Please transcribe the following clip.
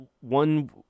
one